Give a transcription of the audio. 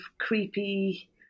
creepy